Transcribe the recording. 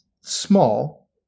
small